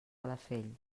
calafell